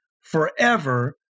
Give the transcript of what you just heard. forever